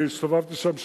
אני הסתובבתי שם שלשום,